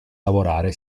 lavorare